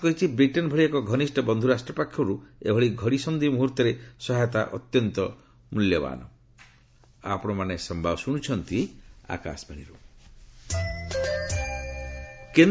ଭାରତ କହିଛି ବ୍ରିଟେନ୍ ଭଳି ଏକ ଘନିଷ୍ଠ ବନ୍ଧ୍ର ରାଷ୍ଟ୍ର ପାଖର୍ ଏଭଳି ଏକ ଘଡ଼ିସନ୍ଧି ମୁହର୍ତ୍ତରେ ସହାୟତା ଅତ୍ୟନ୍ତ ମୂଲ୍ୟବାନ୍